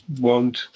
want